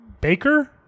Baker